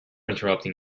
interrupting